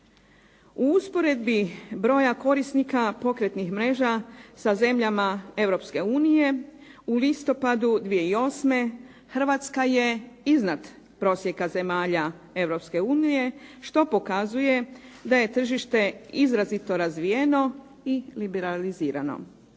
U usporedbi broja korisnika pokretnih mreža sa zemljama Europske unije u listopadu 2008. Hrvatska je iznad prosjeka zemalja Europske unije što pokazuje da je tržište izrazito razvijeno i liberalizirano.